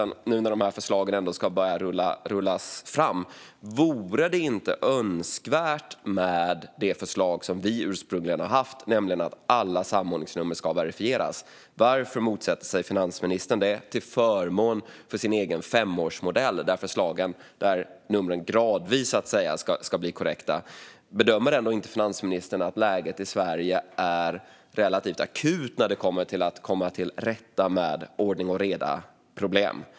Nu när förslagen ändå ska börja rullas ut vill jag fråga finansministern om inte vårt ursprungliga förslag vore önskvärt: att alla samordningsnummer ska verifieras. Varför motsätter sig finansministern det, till förmån för sin egen femårsmodell där numren gradvis ska bli korrekta? Bedömer inte finansministern att läget i Sverige ändå är relativt akut när det gäller problem med ordning och reda och att komma till rätta med dem?